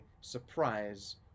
surprise